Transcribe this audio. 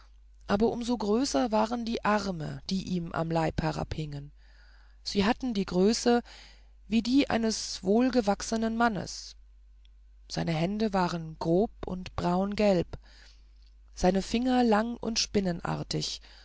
aber um so größer waren die arme die ihm am leib herabhingen sie hatten die größe wie die eines wohlgewachsenen mannes seine hände waren grob und braungelb seine finger lang und spinnenartig